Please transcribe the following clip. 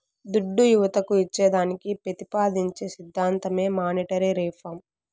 దుడ్డు యువతకు ఇచ్చేదానికి పెతిపాదించే సిద్ధాంతమే మానీటరీ రిఫార్మ్